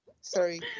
sorry